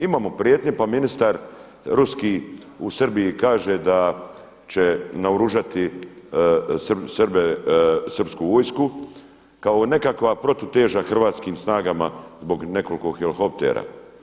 Imamo prijetnje pa ministar ruski u Srbiji kaže da će naoružati Srbe, srpsku vojsku kao nekakva protuteža hrvatskim snagama zbog nekoliko helikoptera.